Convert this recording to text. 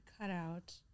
cutout